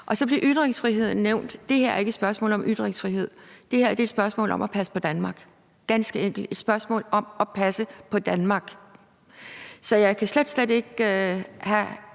Så blev ytringsfriheden nævnt. Det her er ikke et spørgsmål om ytringsfrihed, det her er et spørgsmål om at passe på Danmark. Det er ganske enkelt et spørgsmål om at passe på Danmark. Så jeg kan slet ikke se,